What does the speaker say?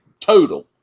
total